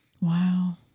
Wow